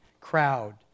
crowd